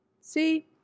See